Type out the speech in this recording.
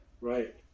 Right